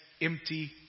empty